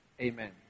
Amen